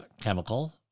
chemical